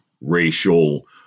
racial